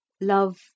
Love